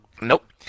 Nope